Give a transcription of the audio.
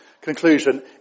Conclusion